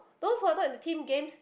those who are not in the team games